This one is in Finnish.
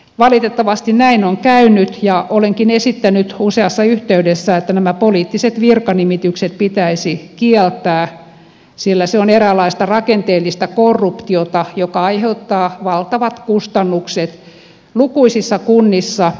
valitettavasti näin on käynyt ja olenkin esittänyt useassa yhteydessä että nämä poliittiset virkanimitykset pitäisi kieltää sillä se on eräänlaista rakenteellista korruptiota joka aiheuttaa valtavat kustannukset lukuisissa kunnissa